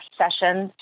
sessions